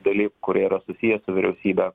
dalykų kurie yra susiję su vyriausybe